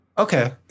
Okay